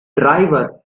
driver